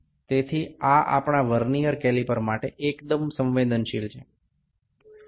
તેથી આ આપણા વર્નીઅર કેલિપર માટે એકદમ સંવેદનશીલ છે